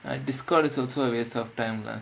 discard is also a waste of time lah